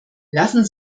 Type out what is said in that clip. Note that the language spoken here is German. lassen